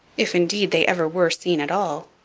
if, indeed, they ever were seen at all.